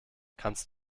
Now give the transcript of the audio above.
kannst